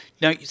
Now